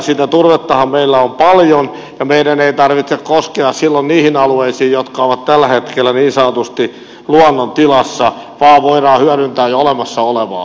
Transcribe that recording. sitä turvettahan meillä on paljon ja meidän ei tarvitse koskea silloin niihin alueisiin jotka ovat tällä hetkellä niin sanotusti luonnontilassa vaan voidaan hyödyntää jo olemassa olevaa